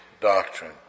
doctrine